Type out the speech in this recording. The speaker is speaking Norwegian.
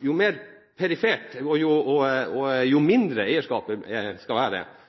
jo mer perifert og jo mindre eierskapet skal være